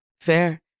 fair